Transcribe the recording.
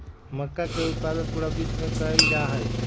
मक्का के उत्पादन पूरा विश्व में कइल जाहई